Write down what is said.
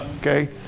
Okay